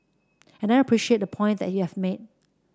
and I appreciate the point that you've made